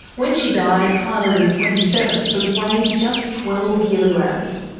when she died kyla was twenty seven, but weighed just twelve kilograms.